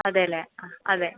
അതെ അല്ലേ ആ അതെ